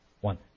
one